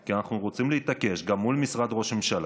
כי אנחנו רוצים להתעקש גם מול משרד ראש הממשלה,